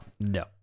no